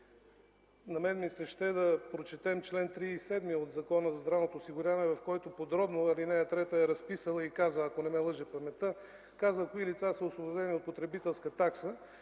на мен ми се ще да прочетем чл. 37 от Закона за здравното осигуряване, в който подробно ал. 3 е разписала и казва, ако не ме лъже паметта, кои лица са освободени от потребителска такса.